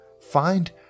Find